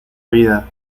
vida